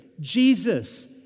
Jesus